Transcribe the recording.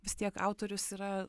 vis tiek autorius yra